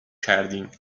کردیم